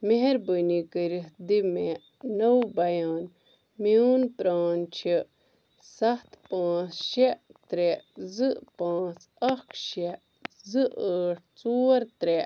مہربٲنی کٔرتھ دِ مےٚ نوٚو بیان میٛون پرٛان چھُ ستھ پانٛژھ شےٚ ترٛےٚ زٕ پانٛژھ اکھ شےٚ زٕ ٲٹھ ژور ترٛےٚ